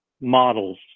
models